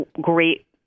great